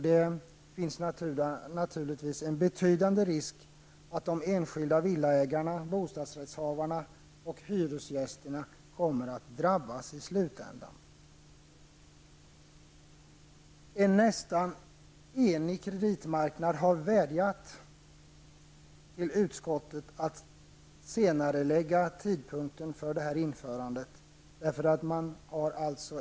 Det finns naturligtvis en betydande risk för att enskilda villaägare, bostadsrättshavare och hyresgäster kommer att drabbas i slutändan. En nästan enig kreditmarknad har vädjat till utskottet om en senarelagd tidpunkt för införandet.